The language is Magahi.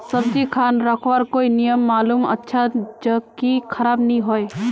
सब्जी खान रखवार कोई नियम मालूम अच्छा ज की खराब नि होय?